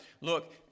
Look